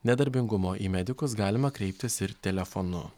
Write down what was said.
nedarbingumo į medikus galima kreiptis ir telefonu